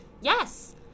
Yes